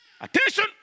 attention